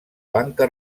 banca